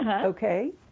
okay